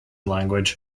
language